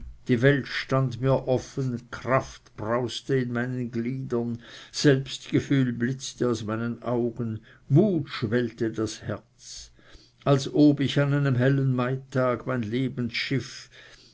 die welt stund mir offen kraft brauste in meinen gliedern selbstgefühl blitzte aus meinen augen mut schwellte das herz als ob ich an einem hellen maitag mein